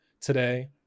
today